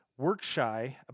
Workshy